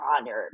honored